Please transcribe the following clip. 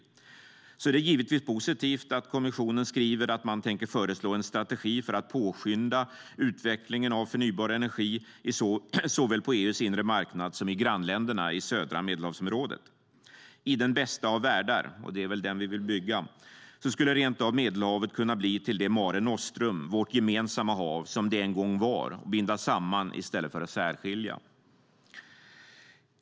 Därför är det givetvis positivt att kommissionen skriver att man tänker föreslå en strategi för att påskynda utvecklingen av förnybar energi såväl på EU:s inre marknad som i grannländerna i södra Medelhavsområdet. I den bästa av världar - och det är väl den vi vill bygga - skulle rent av Medelhavet kunna bli till det mare nostrum, vårt gemensamma hav, som det en gång var och binda samman i stället för att särskilja.